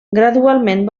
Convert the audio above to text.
gradualment